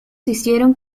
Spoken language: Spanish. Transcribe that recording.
hicieron